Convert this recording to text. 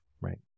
right